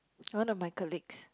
one of my colleagues